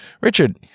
Richard